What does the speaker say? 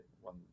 one